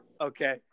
Okay